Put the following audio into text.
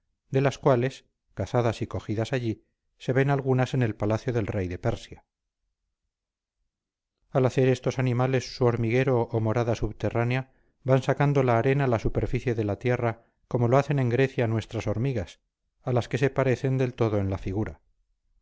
de las cuales cazadas y cogidas allí se ven algunas en el palacio del rey de persia al hacer estos animales su hormiguero o morada subterránea van sacando la arena a la superficie de la tierra como lo hacen en grecia nuestras hormigas a las que se parecen del todo en la figura